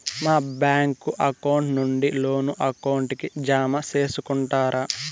మా bank account నుండి loan account కి జామ సేసుకుంటారా?